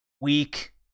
weak